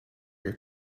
your